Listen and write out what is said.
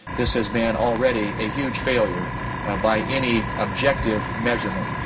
this has been already a huge failure by any objective measurement,